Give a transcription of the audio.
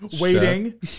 Waiting